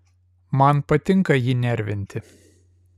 man patinka jį nervinti